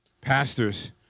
Pastors